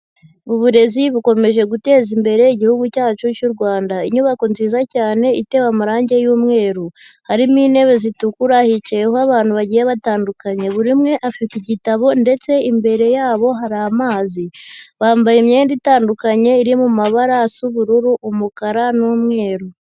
Uburezi bukomeje guteza imbere Igihugu cyacu cy'u Rwanda, inyubako nziza cyane itewe amarangi y'umweru, harimo intebe zitukura, hicayeho abantu bagiye batandukanye, buri umwe afite igitabo ndetse imbere yabo hari amazi, bambaye imyenda itandukanye iri mu mabara asa ubururu, umukara n'umweru.